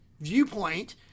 viewpoint